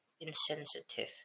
insensitive